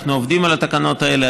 אנחנו עובדים על התקנות האלה.